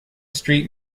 street